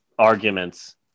Arguments